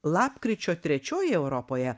lapkričio trečioji europoje